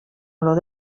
olor